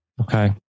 Okay